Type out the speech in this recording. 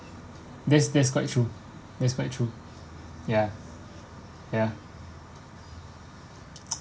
that's that's quite true that's quite true ya ya